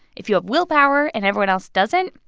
if you have willpower and everyone else doesn't,